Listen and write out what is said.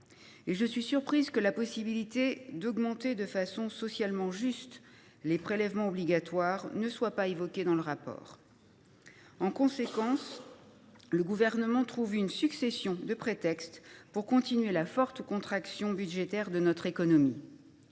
je m’étonne que la possibilité d’augmenter, de façon socialement juste, les prélèvements obligatoires ne soit pas évoquée dans ce rapport. En conséquence, le Gouvernement trouve une succession de prétextes pour continuer la forte contraction budgétaire de notre économie.